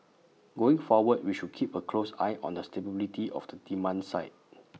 going forward we should keep A close eye on the stability of the demand side